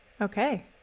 Okay